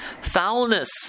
foulness